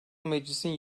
meclisin